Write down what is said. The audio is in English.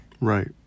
Right